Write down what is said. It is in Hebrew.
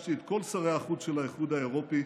פגשתי את כל שרי החוץ של האיחוד האירופי.